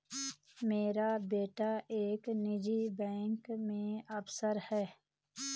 मेरा बेटा एक निजी बैंक में अफसर है